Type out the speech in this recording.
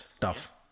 tough